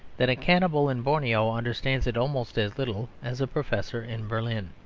that a cannibal in borneo understands it almost as little as a professor in berlin.